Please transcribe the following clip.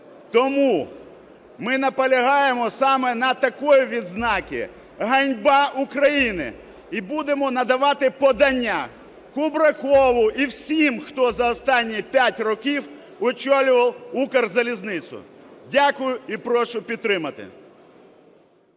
Тому ми наполягаємо саме на такій відзнаці – "ганьба України". І будемо надавати подання Кубракову і всім, хто за останні п'ять років очолював Укрзалізницю. Дякую і прошу підтримати.